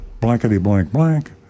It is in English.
blankety-blank-blank